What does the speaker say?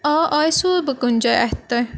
آ آسہِوٕ بہٕ کُنہِ جایہِ اَتھِ تۄہہِ